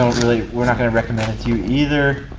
we're not gonna recommend it to you either.